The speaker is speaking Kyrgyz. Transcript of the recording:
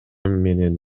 менен